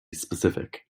specific